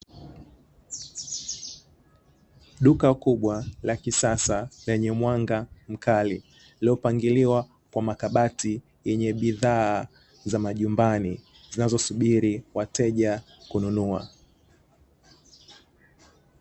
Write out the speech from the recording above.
Duka kubwa la kisasa lenye mwanga mkali, lililopangiliwa kwa makabati yenye bidhaa za majumbani zinazosubiri wateja kununua.